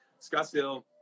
Scottsdale